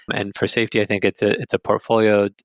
and for safety, i think it's ah it's a portfolio.